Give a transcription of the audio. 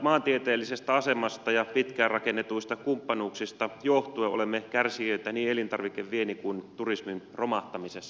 maantieteellisestä asemasta ja pitkään rakennetuista kumppanuuksista johtuen olemme kärsijöitä niin elintarvikeviennin kuin turismin romahtamisessa